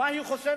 מה היא חושבת,